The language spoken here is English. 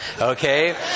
Okay